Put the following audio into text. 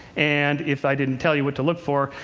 and if i didn't tell you what to look for,